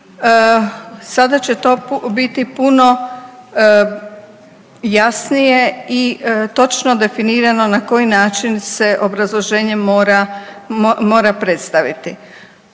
sada će to biti puno jasnije i točno definirano na koji način se obrazloženje mora, mora predstaviti.